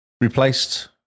replaced